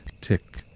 tick